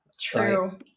true